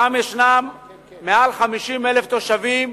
שם יש מעל 50,000 תושבים,